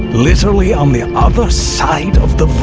literally on the other side of the